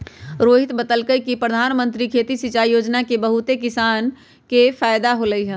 रोहित बतलकई कि परधानमंत्री खेती सिंचाई योजना से बहुते किसान के फायदा होलई ह